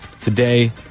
today